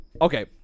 okay